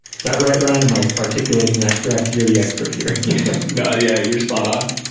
is that right, ryan? am i articulating that correct? you're the expert here you know yeah, you're spot on.